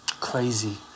Crazy